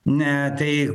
ne tai